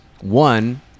one